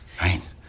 Right